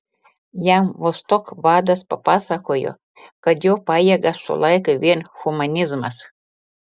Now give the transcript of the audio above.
jam vostok vadas papasakojo kad jo pajėgas sulaiko vien humanizmas